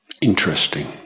interesting